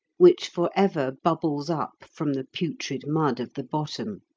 which for ever bubbles up from the putrid mud of the bottom.